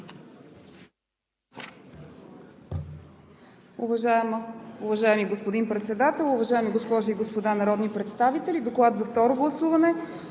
Уважаеми господин Председател, уважаеми госпожи и господа народни представители! Уважаема госпожо Нитова,